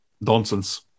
Nonsense